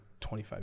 25